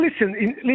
Listen